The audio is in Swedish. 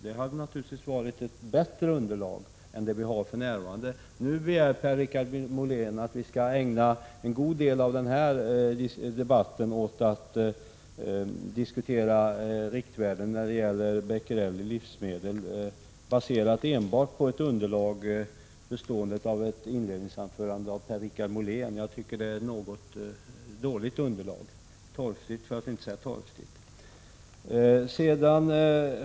Då hade vi naturligtvis haft ett bättre underlag än vi har för närvarande. Nu begär Per-Richard Molén att vi skall ägna en god del av debatten åt att diskutera riktvärden för becquerel i livsmedel, baserat enbart på ett underlag bestående av ett inledningsanförande av Per-Richard Molén. Jag tycker att det är ganska dåligt underlag, för att inte säga att det är torftigt.